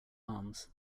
arms